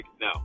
No